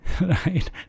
right